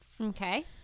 Okay